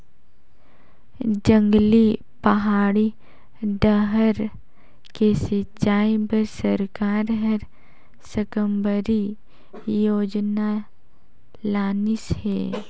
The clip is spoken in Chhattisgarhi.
जंगली, पहाड़ी डाहर के सिंचई बर सरकार हर साकम्बरी योजना लानिस हे